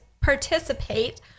participate